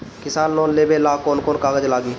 किसान लोन लेबे ला कौन कौन कागज लागि?